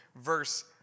verse